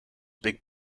big